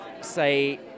say